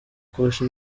kurusha